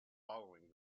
following